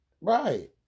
right